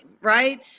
Right